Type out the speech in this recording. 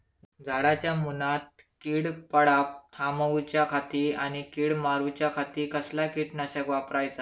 झाडांच्या मूनात कीड पडाप थामाउच्या खाती आणि किडीक मारूच्याखाती कसला किटकनाशक वापराचा?